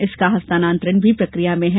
इसका हस्तानांतरण भी प्रक्रिया में है